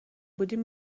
بودیم